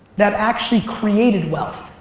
that actually created wealth.